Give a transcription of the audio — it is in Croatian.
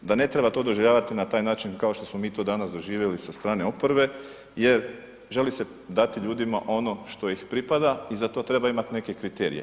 Da ne treba to doživljavati na taj način kao što mi to danas doživjeli sa strane oporbe jer želi se dati ljudima ono što ih pripada i za to treba imati neke kriterije.